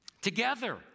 together